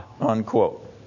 unquote